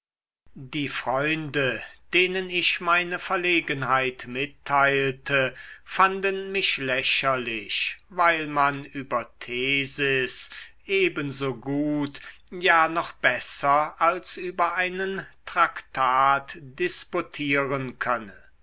die freunde denen ich meine verlegenheit mitteilte fanden mich lächerlich weil man über theses ebenso gut ja noch besser als über einen traktat disputieren könne